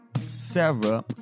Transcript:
Sarah